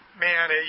Man